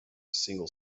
single